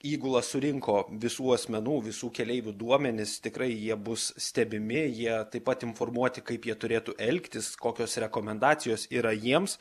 įgula surinko visų asmenų visų keleivių duomenis tikrai jie bus stebimi jie taip pat informuoti kaip jie turėtų elgtis kokios rekomendacijos yra jiems